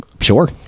Sure